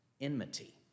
enmity